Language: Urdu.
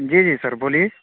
جی جی سر بولیے